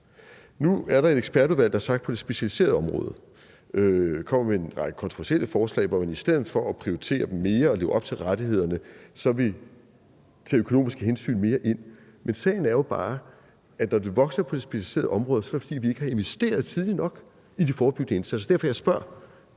Nu er der et ekspertudvalg, der har udtalt sig om det specialiserede socialområde. De kommer med en række kontroversielle forslag, hvor man i stedet for at prioritere mere og leve op til rettighederne så vil tage økonomiske hensyn mere ind. Men sagen er jo bare, at når det vokser på det specialiserede område, er det, fordi vi ikke har investeret tidligt nok i de forebyggende indsatser. Så det er derfor, jeg spørger: